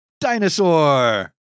Dinosaur